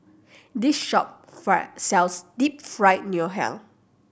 this shop fail sells Deep Fried Ngoh Hiang